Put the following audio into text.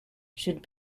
should